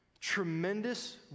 tremendous